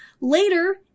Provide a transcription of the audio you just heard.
Later